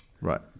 Right